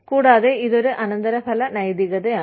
കൂടാതെ ഇത് ഒരു അനന്തരഫലമില്ലാത്ത നൈതികതയാണ്